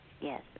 yes